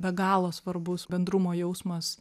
be galo svarbus bendrumo jausmas